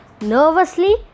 Nervously